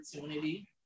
opportunity